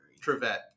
Trivet